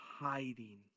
hiding